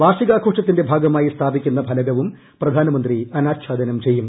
വാർഷികാഘോഷത്തിന്റെ ഭാഗമായി സ്ഥാപിക്കുന്ന ഫലകവും പ്രധാനമന്ത്രി അനാഛാദനം ചെയ്യും